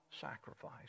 sacrifice